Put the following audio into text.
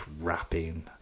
rapping